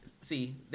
See